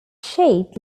shaped